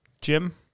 Jim